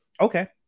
okay